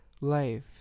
life